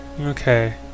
Okay